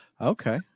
Okay